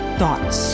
thoughts